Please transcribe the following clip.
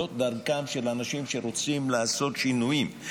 זאת דרכם של אנשים שרוצים לעשות שינויים,